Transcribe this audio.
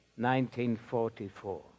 1944